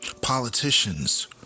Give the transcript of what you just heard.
politicians